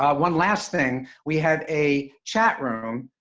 ah one last thing. we have a chat room.